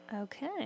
Okay